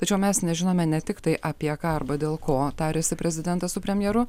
tačiau mes nežinome ne tiktai apie ką arba dėl ko tarėsi prezidentas su premjeru